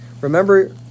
Remember